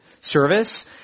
service